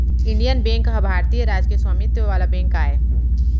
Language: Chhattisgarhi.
इंडियन बेंक ह भारतीय राज के स्वामित्व वाला बेंक आय